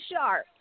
sharp